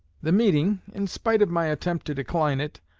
the meeting, in spite of my attempt to decline it,